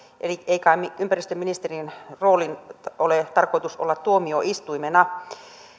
eli ei kai ympäristöministeriön roolin ole tarkoitus olla tuomioistuimena